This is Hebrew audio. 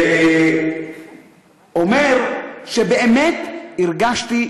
ואומר שבאמת הרגשתי,